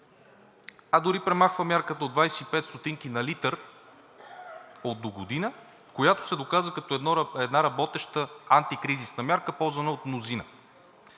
а дори премахва мярката от 25 стотинки на литър от догодина, която се доказа като една работеща антикризисна мярка, ползвана от мнозина.